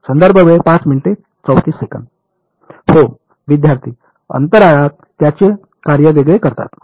विद्यार्थीः अंतराळात त्यांचे कार्य वेगळे करतात